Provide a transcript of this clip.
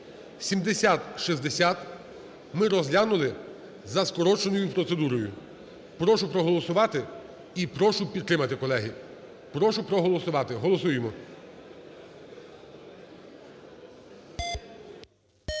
(7060) ми розглянули за скороченою процедурою. Прошу проголосувати і прошу підтримати, колеги, прошу проголосувати, голосуємо.